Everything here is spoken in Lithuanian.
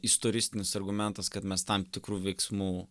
istoristinis argumentas kad mes tam tikrų veiksmų